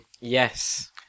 Yes